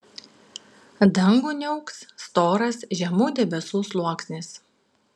dangų niauks storas žemų debesų sluoksnis